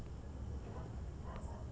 साहब का हमके त्योहार पर भी लों मिल सकेला?